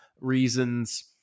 reasons